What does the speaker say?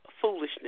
foolishness